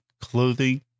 clothing